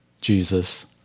Jesus